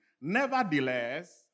Nevertheless